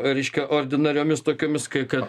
reiškia ordinariomis tokiomis kai kad